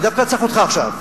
אני דווקא צריך אותך עכשיו.